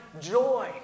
joy